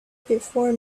before